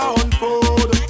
unfold